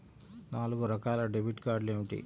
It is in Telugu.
నాలుగు రకాల డెబిట్ కార్డులు ఏమిటి?